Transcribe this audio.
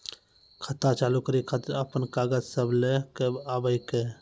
खाता चालू करै खातिर आपन कागज सब लै कऽ आबयोक?